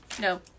No